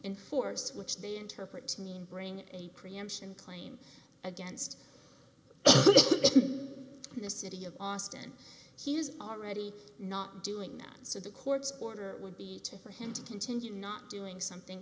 enforce which they interpret to mean bring a preemption claim against the city of austin he is already not doing that so the court's order would be to for him to continue not doing something